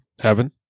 Heaven